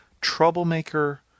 troublemaker